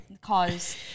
cause